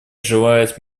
желает